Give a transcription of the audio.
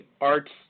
arts